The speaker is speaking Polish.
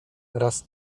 raz